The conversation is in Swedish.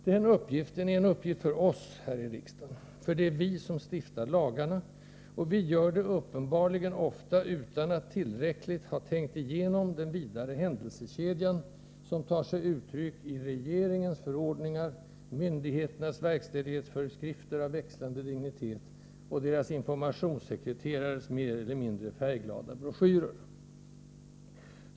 Den uppgiften är en uppgift för oss här i riksdagen, för det är vi som stiftar lagarna, och vi gör det uppenbarligen ofta utan att tillräckligt ha tänkt igenom den vidare 35 händelsekedjan, som tar sig uttryck i regeringens förordningar, myndigheternas verkställighetsföreskrifter av växlande dignitet och deras informationssekreterares mer eller mindre färgglada broschyrer.